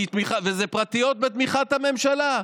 כי אלה פרטיות בתמיכת הממשלה,